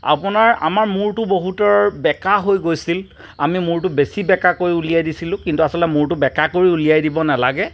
আপোনাৰ আমাৰ মূৰটো বহুতৰ বেকা হৈ গৈছিল আমি মূৰটো বেছি বেকা কৰি উলিয়াই দিছিলোঁ কিন্তু আচলতে মূৰটো বেকা কৰি উলিয়াই দিব নেলাগে